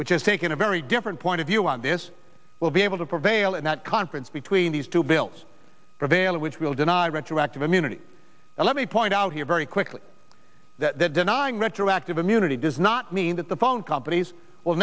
which is taking a very different point of view on this will be able to prevail in that conference between these two bills prevail which will deny retroactive immunity and let me point out here very quickly that denying retroactive immunity does not mean that the phone companies will